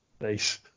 Nice